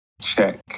check